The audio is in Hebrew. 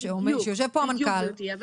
בדיוק גברתי.